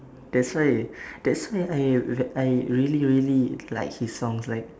that's why that's why I I really really like his songs like